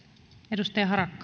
arvoisa